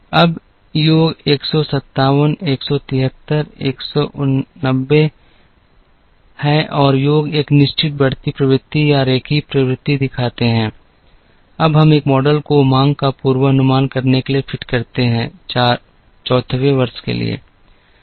अब योग 157 173 189 हैं और योग एक निश्चित बढ़ती प्रवृत्ति या एक रेखीय प्रवृत्ति दिखाते हैं अब हम एक मॉडल को मांग का पूर्वानुमान करने के लिए फिट कर सकते हैं 4 वें वर्ष के लिए